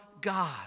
God